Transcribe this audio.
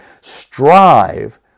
strive